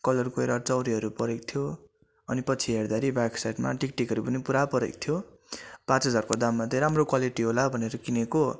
colour गएर चाउरीहरू परेको थियो अनि पछि हेर्दाखेरि ब्याक साइडमा टिकटिकहरू पनि पुरा परेको थियो पाँच हजारको दाममा चाहिँ राम्रो क्वालिटी होला भनेर किनेको